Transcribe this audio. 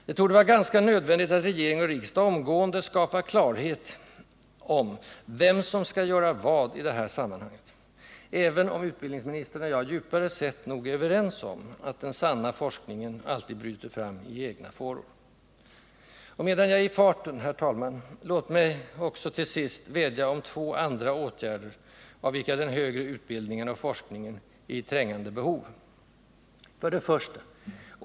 Det torde vara ganska nödvändigt att regering och riksdag omgående skapar klarhet om vem som skall göra vad i det här sammanhanget — även om utbildningsministern och jag djupare sett nog är överens om att den sanna forskningen alltid bryter fram i egna fåror. Och medan jag är i farten, låt mig, herr talman, också till slut vädja om två andra åtgärder av vilka den högre utbildningen och forskningen är i trängande behov: 1.